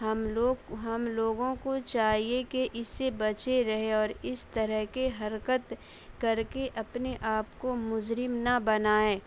ہم لوگ ہم لوگوں کو چاہیے کہ اس سے بچے رہے اور اس طرح کے حرکت کر کے اپنے آپ کو مجرم نہ بنائیں